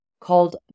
called